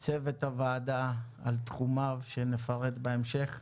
צוות הוועדה על תחומיו שנפרט בהמשך.